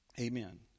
Amen